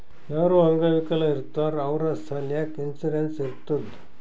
ಯಾರು ಅಂಗವಿಕಲ ಇರ್ತಾರ್ ಅವ್ರ ಸಲ್ಯಾಕ್ ಇನ್ಸೂರೆನ್ಸ್ ಇರ್ತುದ್